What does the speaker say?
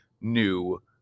new